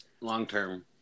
Long-term